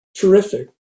terrific